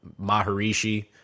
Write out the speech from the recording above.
Maharishi